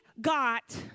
got